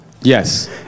Yes